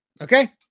Okay